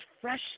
fresh